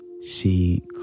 See